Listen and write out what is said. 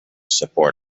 support